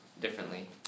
differently